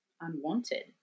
unwanted